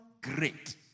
great